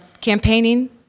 campaigning